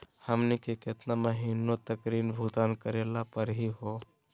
हमनी के केतना महीनों तक ऋण भुगतान करेला परही हो?